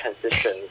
transition